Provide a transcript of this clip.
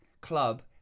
club